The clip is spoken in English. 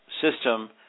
system